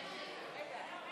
רגע.